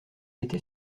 était